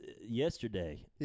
yesterday